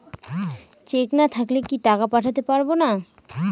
Check না থাকলে কি টাকা পাঠাতে পারবো না?